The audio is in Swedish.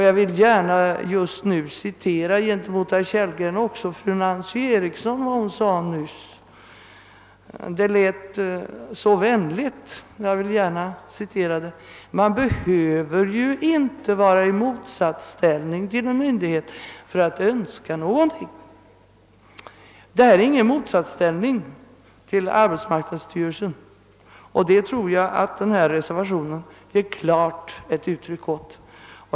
Jag vill gärna mot herr Kellgren citera vad fru Nancy Eriksson sade nyss — det lät så vänligt — nämligen att man inte behöver vara i motsatsställning till en myndighet för att önska någonting. Det här är inte fråga om någon motsatsställning till arbetsmarknadsstyrelsen, och det tror jag att denna reservation ger ett klart uttryck åt.